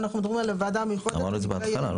אנחנו מדברים על הוועדה המיוחדת --- אמרנו את זה בהתחלה,